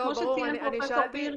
כמו שציין פרופ' בירק,